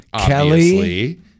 Kelly